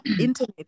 internet